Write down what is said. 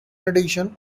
addition